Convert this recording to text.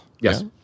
Yes